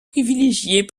privilégiée